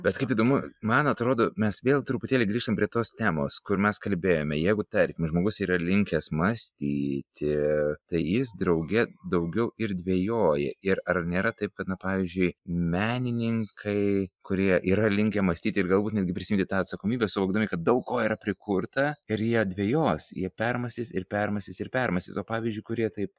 bet kaip įdomu man atrodo mes vėl truputėlį grįžtam prie tos temos kur mes kalbėjome jeigu tarkim žmogus yra linkęs mąstyti tai jis drauge daugiau ir dvejoja ir ar nėra taip kad na pavyzdžiui menininkai kurie yra linkę mąstyti ir galbūt netgi prisiimti tą atsakomybę suvokdami kad daug ko yra prikurta ir jie dvejos jie permąstys ir permąstys ir permąstys o pavyzdžiui kurie taip